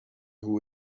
who